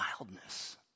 wildness